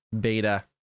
beta